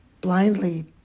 blindly